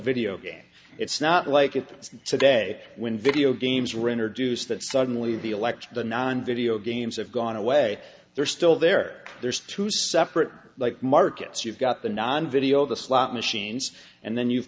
video game it's not like it's today when video games render duce that suddenly the election the non video games have gone away they're still there there's two separate like markets you've got the non video the slot machines and then you've